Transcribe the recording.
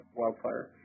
wildfire